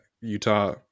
Utah